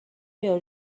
یارو